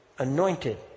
Anointed